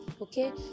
Okay